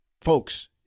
Folks